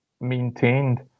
maintained